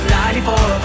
94